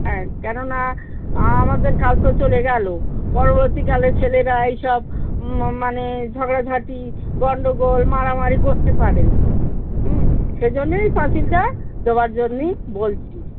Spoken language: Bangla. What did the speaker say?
হ্যাঁ কেননা আমাদের কাল তো চলে গেলো পরবর্তীকালে ছেলেরা এইসব ম মানে ঝগড়াঝাটি গণ্ডগোল মারামারি করতে পারে হুম সে জন্যেই পাঁচিলটা দেওয়ার জন্য বলছি